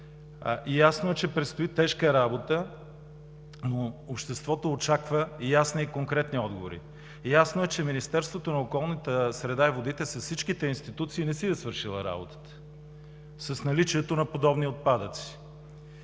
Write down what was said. Ясно е, че предстои тежка работа, но обществото очаква ясни и конкретни отговори. Ясно е, че Министерството на околната среда и водите – с всичките институции, не си е свършило работата с наличието на подобни отпадъци